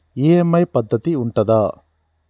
EMI పద్ధతి ఉంటదా?